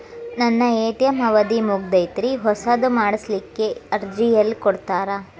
ನನ್ನ ಎ.ಟಿ.ಎಂ ಅವಧಿ ಮುಗದೈತ್ರಿ ಹೊಸದು ಮಾಡಸಲಿಕ್ಕೆ ಅರ್ಜಿ ಎಲ್ಲ ಕೊಡತಾರ?